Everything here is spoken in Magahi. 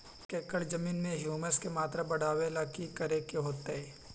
एक एकड़ जमीन में ह्यूमस के मात्रा बढ़ावे ला की करे के होतई?